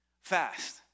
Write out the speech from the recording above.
fast